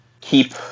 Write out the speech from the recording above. keep